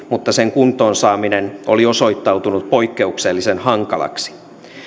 mutta sen kuntoon saaminen oli osoittautunut poikkeuksellisen hankalaksi